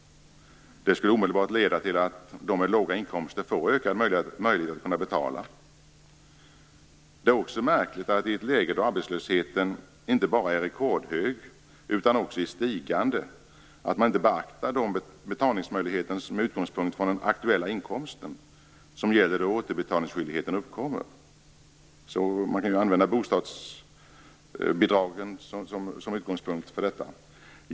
Det skulle omedelbart leda till att de med låga inkomster får ökade möjligheter att betala. Det är också märkligt att man, i ett läge då arbetslösheten inte bara är rekordhög utan också är stigande, inte beaktar betalningsmöjligheten med utgångspunkt i den aktuella inkomst som gäller då återbetalningsskyldigheten uppkommer. Man kan använda bostadsbidragen som utgångspunkt för detta.